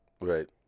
Right